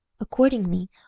Accordingly